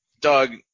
Doug